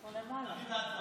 מי שבעד,